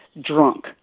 drunk